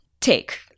take